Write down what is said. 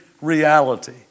reality